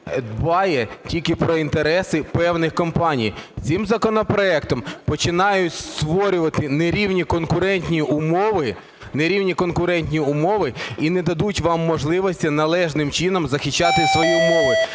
дбає тільки про інтереси певних компаній. Цим законопроектом починають створювати нерівні конкурентні умови і не дадуть вам можливості належним чином захищати свої умови.